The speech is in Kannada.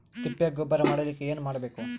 ತಿಪ್ಪೆ ಗೊಬ್ಬರ ಮಾಡಲಿಕ ಏನ್ ಮಾಡಬೇಕು?